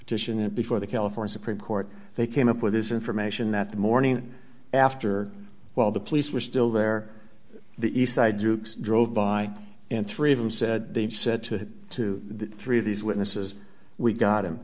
efficient before the california supreme court they came up with this information that the morning after while the police were still there the eastside jukes drove by and three of them said they'd said two to three of these witnesses we got him